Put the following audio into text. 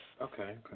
Okay